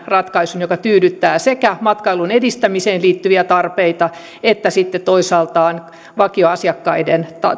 ratkaisun joka tyydyttää sekä matkailun edistämiseen liittyviä tarpeita että sitten toisaalta vakiasiakkaiden